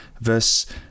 Verse